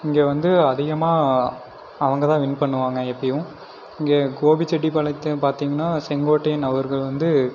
இங்கே வந்து அதிகமாக அவங்கதான் வின் பண்ணுவாங்கள் எப்போயும் இங்கே கோபிச்செட்டிப்பாளையத்தை பார்த்திங்கனா செங்கோட்டையன் அவர்கள் வந்து